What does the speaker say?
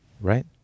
Right